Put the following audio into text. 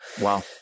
Wow